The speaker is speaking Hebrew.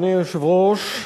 אדוני היושב-ראש,